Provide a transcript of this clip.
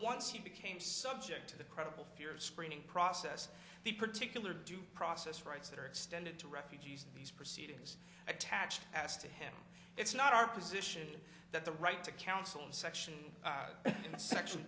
once he became subject to the credible fear of screening process the particular due process rights that are extended to refugees these proceedings attached as to him it's not our position that the right to counsel and section to se